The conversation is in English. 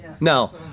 No